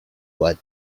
what